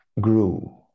grew